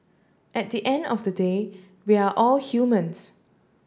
at the end of the day we are all humans